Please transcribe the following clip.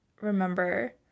remember